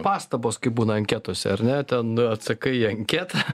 pastabos kaip būna anketose ar ne ten atsakai į anketą